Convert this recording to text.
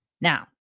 Now